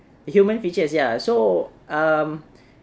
human features ya so um